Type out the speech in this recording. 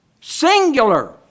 singular